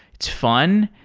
it's fun,